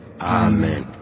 Amen